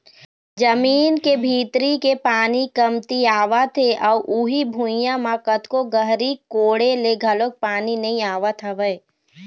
जमीन के भीतरी के पानी कमतियावत हे अउ उही भुइयां म कतको गहरी कोड़े ले घलोक पानी नइ आवत हवय